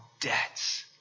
debts